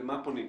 למה פונים?